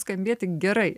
skambėti gerai